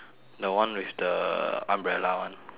the one with the umbrella [one]